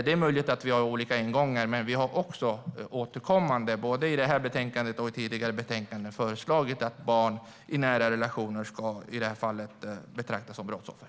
Det är möjligt att vi har olika ingångar, men vi i Liberalerna har återkommande både i det här betänkandet och i tidigare betänkanden föreslagit att barn i nära relationer ska betraktas som brottsoffer.